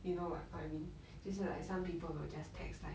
you know what I mean 就是 like some people will just text like